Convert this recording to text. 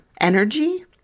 energy